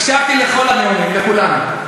הקשבתי לכל הנאומים, לכולם.